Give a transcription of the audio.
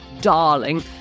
darling